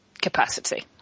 capacity